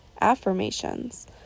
affirmations